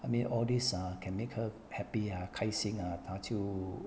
I mean all this ah can make her happy ah 开心 ah 她就